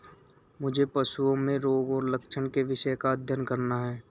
मुझे पशुओं में रोगों और लक्षणों के विषय का अध्ययन करना है